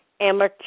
Amateur